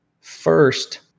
first